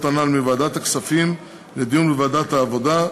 הנ"ל מוועדת הכספים לוועדת העבודה,